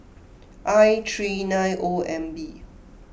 I three nine O M B